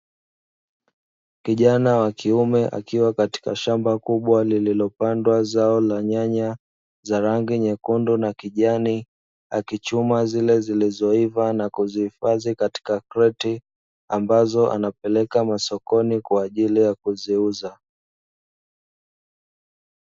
Kijana wa kiume akiwa katika shamba kubwa lililopandwa zao la nyanya za rangi nyekundu na kijani, akichuma zile zilizoiva na kuzihifadhi katika kreti ambazo anapeleka masokoni kwa ajili ya kuziuza.